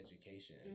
education